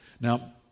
Now